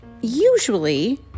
usually